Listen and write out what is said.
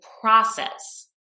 process